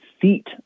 seat